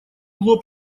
лоб